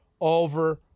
over